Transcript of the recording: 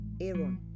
Aaron